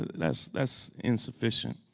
that's that's insufficient.